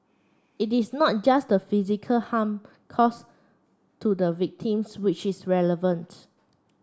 it is not just the physical harm caused to the victims which is relevant